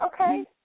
okay